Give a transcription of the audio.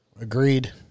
Agreed